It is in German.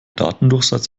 datendurchsatz